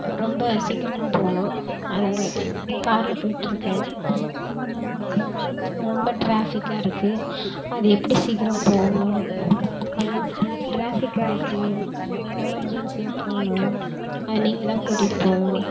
ரொம்ப சீக்கரமாக போகணும் காரில் போயிட்டுருக்கேன் ரொம்ப ட்ராஃபிக்காருக்கு அது எப்படி சீக்கரம் போகணும் ஏன்னா ட்ராஃபிக்காருக்கு எமர்ஜென்சியாக போகணும் நீங்கள் தான் கூட்டிட்டு போகணும்